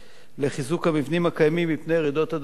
לחיזוק המבנים הקיימים מפני רעידות אדמה,